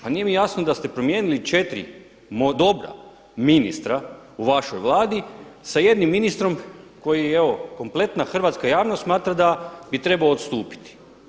Pa nije mi jasno da ste promijenili četiri dobra ministra u vašoj Vladi sa jednim ministrom koji evo kompletna hrvatska javnost smatra da bi trebao odstupiti.